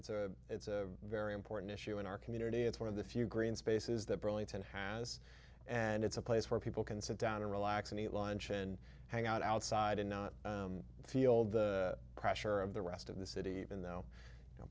it's a it's a very important issue in our community it's one of the few green spaces that burlington has and it's a place where people can sit down and relax and eat lunch and hang out outside and not feel the pressure of the rest of the city even though you know